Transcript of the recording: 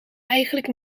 eigenlijk